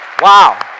Wow